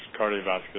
cardiovascular